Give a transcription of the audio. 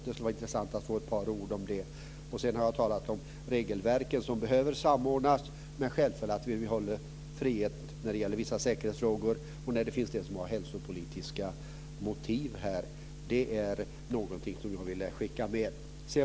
Det skulle vara intressant att få ett par ord om det. Jag har talat om att regelverken behöver samordnas, men självfallet vill vi ha frihet i vissa säkerhetsfrågor och när det finns hälsopolitiska motiv. Det är någonting som jag skulle vilja skicka med.